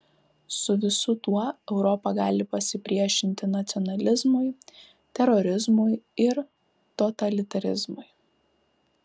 su visu tuo europa gali pasipriešinti nacionalizmui terorizmui ir totalitarizmui